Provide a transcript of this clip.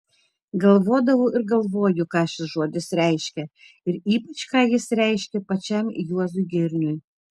galvodavau ir galvoju ką šis žodis reiškia ir ypač ką jis reiškė pačiam juozui girniui